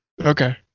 Okay